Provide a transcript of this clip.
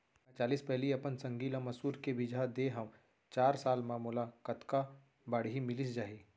मैं चालीस पैली अपन संगी ल मसूर के बीजहा दे हव चार साल म मोला कतका बाड़ही मिलिस जाही?